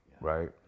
Right